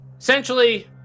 essentially